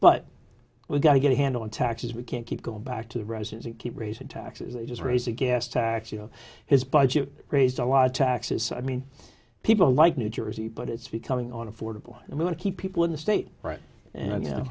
but we've got to get a handle on taxes we can't keep going back to the russians and keep raising taxes they just raise a gas tax you know his budget raised a lot of taxes i mean people like new jersey but it's becoming on affordable and we're going to keep people in the state and you know